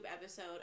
episode